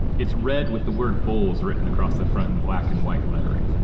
it's red with the word bulls written across the front in black and white lettering.